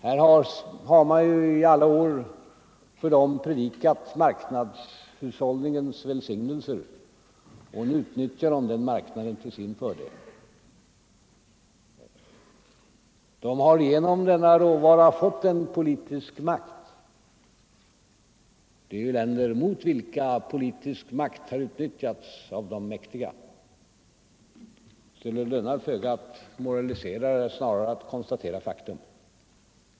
Man har ju i alla år för dem predikat marknadshushållningens välsignelser, och nu utnyttjar de marknaden till sin fördel. De har genom denna råvara fått en politisk makt — men det är länder mot vilka politisk makt har utnyttjats av de mäktiga, så det lönar föga att moralisera. Snarare har vi att konstatera faktum.